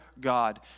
God